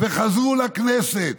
וחזרו לכנסת.